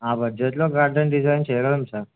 ఆ బడ్జెట్లో garden design చేయగలం సార్